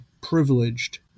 privileged